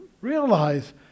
realize